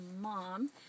mom